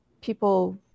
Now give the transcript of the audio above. people